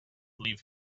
leave